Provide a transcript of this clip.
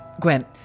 Gwen